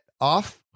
off